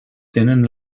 tenen